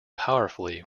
powerfully